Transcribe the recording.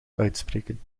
uitspreken